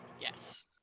Yes